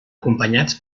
acompanyats